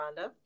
Rhonda